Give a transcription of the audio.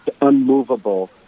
unmovable